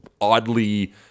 oddly